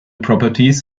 properties